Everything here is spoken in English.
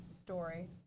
story